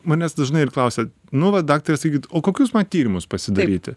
manęs dažnai ir klausia nu va daktare sakykit o kokius man tyrimus pasidaryti